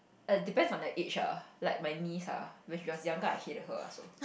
at depends on their age ah like my niece ah when she was younger I hated her so